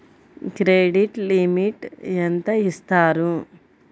Credit limit ఎంత ఇస్తారు?